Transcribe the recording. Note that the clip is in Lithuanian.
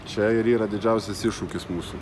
čia ir yra didžiausias iššūkis mūsų